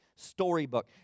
storybook